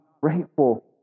grateful